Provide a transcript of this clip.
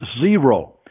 zero